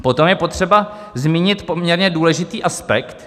Potom je potřeba zmínit poměrně důležitý aspekt.